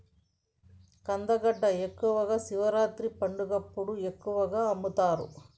కందగడ్డ ఎక్కువగా శివరాత్రి పండగప్పుడు ఎక్కువగా అమ్ముతరు